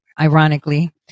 ironically